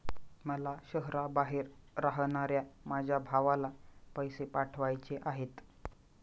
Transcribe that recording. मला शहराबाहेर राहणाऱ्या माझ्या भावाला पैसे पाठवायचे आहेत